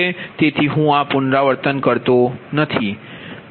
તેથી હું આ પુનરાવર્તન કરતો નથી